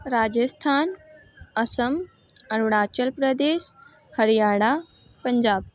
Rajasthan Assam Arunachal Pradesh Haryana Punjab